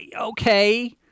okay